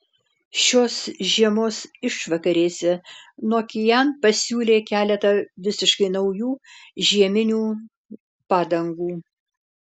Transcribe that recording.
šios žiemos išvakarėse nokian pasiūlė keletą visiškai naujų žieminių padangų